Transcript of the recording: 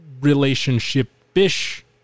relationship-ish